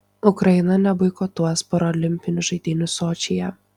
ukraina neboikotuos parolimpinių žaidynių sočyje